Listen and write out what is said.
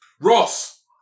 Ross